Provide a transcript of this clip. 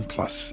Plus